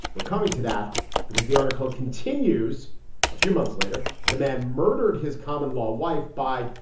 we're coming to that because the article continues a few months later. the man murdered his common law wife by,